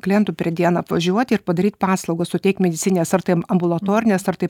klientų per dieną apvažiuoti ir padaryt paslaugą suteikt medicininės ar tai ambulatorinės ar tai